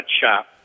shop